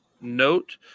note